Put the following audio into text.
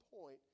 point